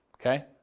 Okay